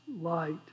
light